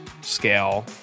scale